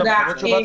תודה.